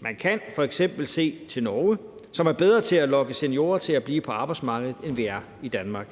Man kan f.eks. se til Norge, som er bedre til at lokke seniorer til at blive på arbejdsmarkedet, end vi er i Danmark.